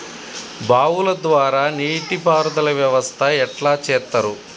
బావుల ద్వారా నీటి పారుదల వ్యవస్థ ఎట్లా చేత్తరు?